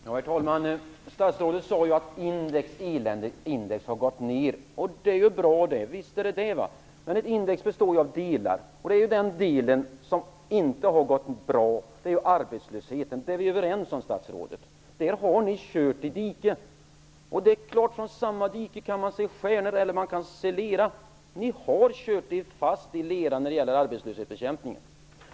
Herr talman! Statsrådet sade att eländesindex har gått ned, och det är ju bra. Men ett index består av delar, och vi är, herr statsråd, överens om att den del som inte har gått bra är arbetslösheten. Där har ni kört i diket. Man kan naturligtvis från samma dike se både stjärnor och lera, men ni har kört fast i leran när det gäller arbetslöshetsbekämpningen.